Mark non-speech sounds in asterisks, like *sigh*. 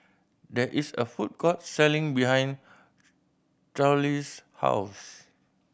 there is a food court selling behind *unintelligible* house